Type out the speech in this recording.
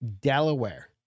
Delaware